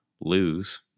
lose